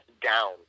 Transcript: down